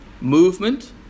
movement